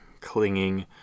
Clinging